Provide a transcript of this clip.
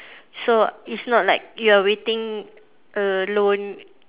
so it's not like you are waiting alone